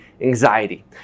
anxiety